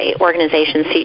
organizations